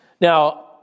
Now